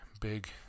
big